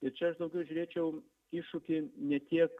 ir čia aš daugiau žiūrėčiau iššūkį ne tiek